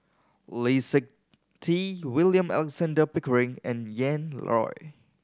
Lee Seng Tee William Alexander Pickering and Ian Loy